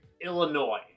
Illinois